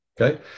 Okay